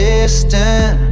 Distant